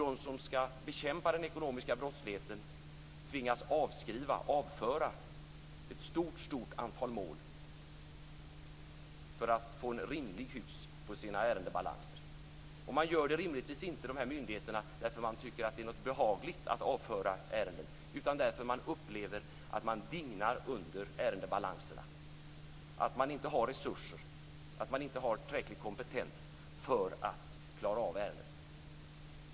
De som ska bekämpa den ekonomiska brottsligheten tvingas avföra ett stort antal mål för att få en rimlig hyfs på sina ärendebalanser. De här myndigheterna gör rimligtvis inte detta därför att man tycker att det är behagligt att avföra ärenden, utan därför att man upplever att man dignar under ärendebalanserna. Man har inte resurser, man har inte tillräcklig kompetens för att klara av ärendena.